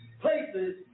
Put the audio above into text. places